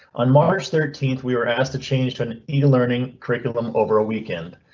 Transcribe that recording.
on march thirteenth we were asked to change to an e learning curriculum over a weekend.